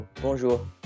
Bonjour